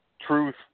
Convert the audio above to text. Truth